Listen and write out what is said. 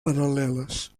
paral·leles